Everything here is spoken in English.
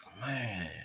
man